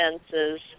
fences